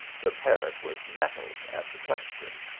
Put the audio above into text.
the parrot was nettled at the question.